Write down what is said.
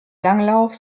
langlauf